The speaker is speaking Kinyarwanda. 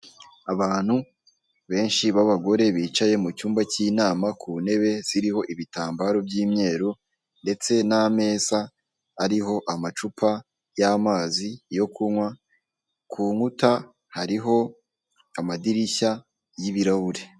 Abantu benshi b'abagore bicaye mu cyumba cy'inama ku ntebe ziriho ibitambaro by'imyeru ndetse n'ameza ariho amacupa y'amazi yo kunywa, ku nkuta hariho amadirishya y'ibirahuri.